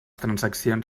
transaccions